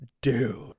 Dude